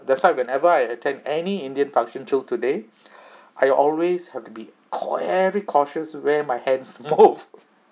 that's why whenever I attend any indian function till today I always have to be very cautious where my hands both